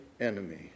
enemy